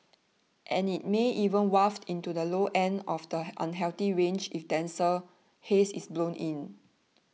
and it may even waft into the low end of the unhealthy range if denser haze is blown in